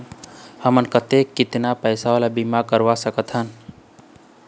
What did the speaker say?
हमन कतेक कितना पैसा वाला बीमा करवा सकथन?